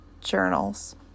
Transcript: journals